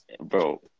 Bro